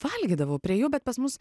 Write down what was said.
valgydavau prie jų bet pas mus